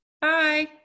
Bye